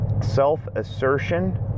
self-assertion